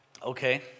Okay